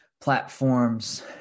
platforms